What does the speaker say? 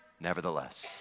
Nevertheless